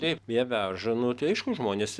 taip jie veža nu tai aišku žmonės